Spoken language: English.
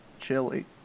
Chili